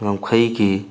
ꯉꯝꯈꯩꯒꯤ